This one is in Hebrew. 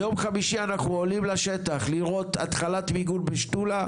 ביום חמישי אנחנו עולים לשטח לראות התחלת מיגון בשתולה,